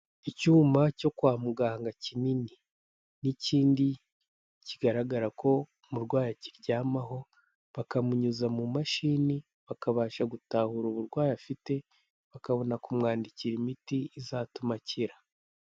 Icyuma cyo kwa muganga kinini n'ikindi kigaragara ko umurwayi akiryamaho, bakamunyuza mu mashini bakabasha gutahura uburwayi afite bakabona kumwandikira imiti izatuma akira.